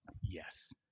Yes